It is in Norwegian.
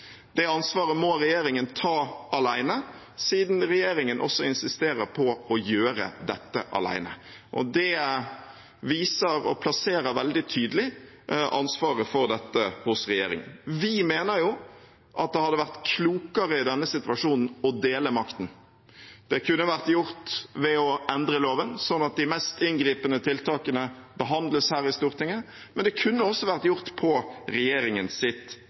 Det ansvaret må regjeringen ta alene, siden regjeringen også insisterer på å gjøre dette alene. Det plasserer veldig tydelig ansvaret for dette hos regjeringen. Vi mener at det hadde vært klokere i denne situasjonen å dele makten. Det kunne vært gjort ved å endre loven, sånn at de mest inngripende tiltakene behandles her i Stortinget, men det kunne også vært gjort på